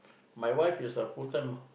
my wife is a full time